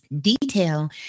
Detail